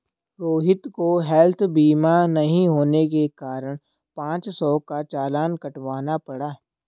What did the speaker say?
रोहित को हैल्थ बीमा नहीं होने के कारण पाँच सौ का चालान कटवाना पड़ा